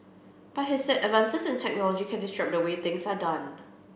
but he said advances in technology can disrupt the way things are done